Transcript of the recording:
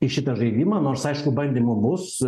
į šitą žaidimą nors aišku bandymų bus